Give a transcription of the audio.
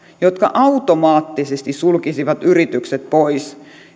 jotka automaattisesti sulkisivat yritykset pois